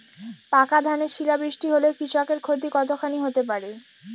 পাকা ধানে শিলা বৃষ্টি হলে কৃষকের ক্ষতি কতখানি হতে পারে?